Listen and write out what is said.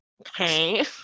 okay